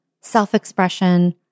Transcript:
self-expression